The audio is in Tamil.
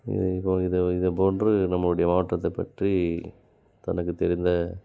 இது இது இது போன்று நம்முடைய மாவட்டத்தைப் பற்றி தனக்கு தெரிந்த